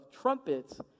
trumpets